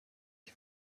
ich